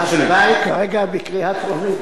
ההצבעה היא כרגע בקריאה טרומית.